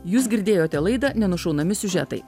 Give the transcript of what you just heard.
jūs girdėjote laidą nenušaunami siužetai